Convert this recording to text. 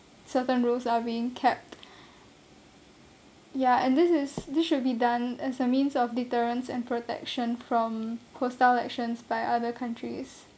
certain roles are being kept ya and this is this should be done as a means of deterrence and protection from hostile actions by other countries